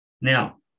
Now